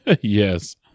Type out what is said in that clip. yes